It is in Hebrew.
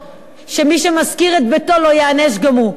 שמי שמשכיר את ביתו לא ייענש גם הוא.